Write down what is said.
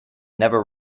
never